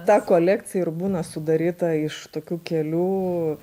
ta kolekcija ir būna sudaryta iš tokių kelių